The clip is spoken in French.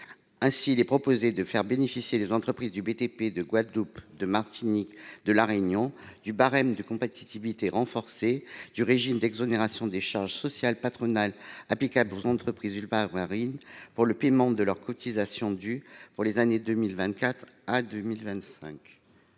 ans. Il est donc proposé de faire bénéficier les entreprises du BTP de Guadeloupe, de Martinique et de La Réunion du barème de compétitivité renforcée du régime d'exonérations de charges sociales patronales applicables aux entreprises ultramarines pour le paiement de leurs cotisations dues sur les années 2024 et 2025.